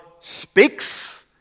speaks